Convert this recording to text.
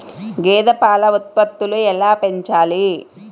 గేదె పాల ఉత్పత్తులు ఎలా పెంచాలి?